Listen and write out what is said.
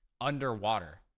underwater